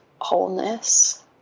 wholeness